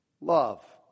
love